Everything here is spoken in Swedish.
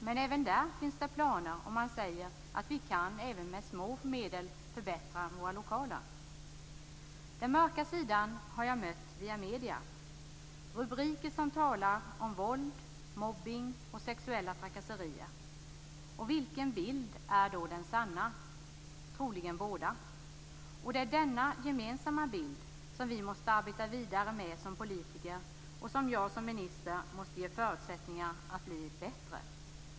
Men även där finns det planer, och man säger att man även med små medel kan förbättra sina lokaler. Den mörka sidan har jag mött via medierna. Det har varit rubriker som talar om våld, mobbning och sexuella trakasserier. Vilken bild är då den sanna? Troligen båda. Det är denna gemensamma bild som vi måste arbeta vidare med som politiker. Jag som minister måste ge förutsättningar för att det skall bli bättre.